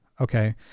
Okay